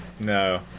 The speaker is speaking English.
no